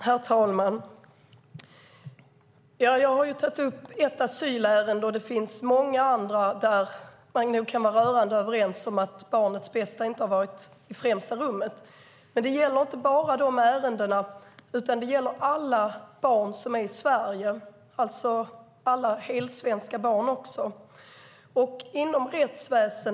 Herr talman! Jag har tagit upp ett asylärende, och det finns många andra där man nog kan vara rörande överens om att barnets bästa inte har varit i främsta rummet. Men det gäller inte bara de ärendena, utan det gäller alla barn som är i Sverige, alltså alla helsvenska barn också.